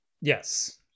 yes